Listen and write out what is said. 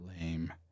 Lame